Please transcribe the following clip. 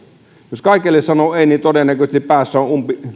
jos kaikelle sanoo ei niin todennäköisesti päässä on